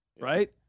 right